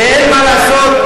ואין מה לעשות.